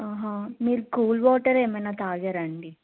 మీరు cool water ఏమైనా తాగారా అండి